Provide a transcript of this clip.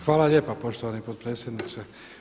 Hvala lijepo poštovani potpredsjedniče.